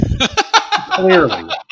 Clearly